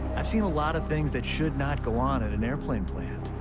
i've seen a lot of things that should not go on at an airplane plant,